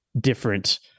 different